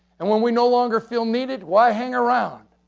and when we no longer feel needed, why hang around?